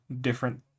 different